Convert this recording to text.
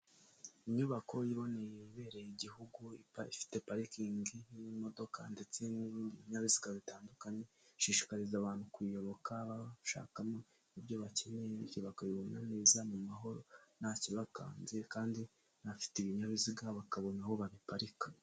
Inyubako iboneye ibereye igihugu ifite parikingi y'imodoka ndetse n'ibindi binyabiziga bitandukanye, ishishikariza abantu kuyiyoboka bashakamo ibyo bakeneye bityo bakayibona neza mu mahoro, ntakibakanze kandi n'abafite ibinyabiziga bakabona aho babiparika.